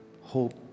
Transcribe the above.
Hope